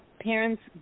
parents